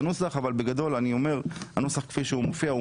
הנוסח אבל בגדול אני אומר שהנוסח כפי שמופיע,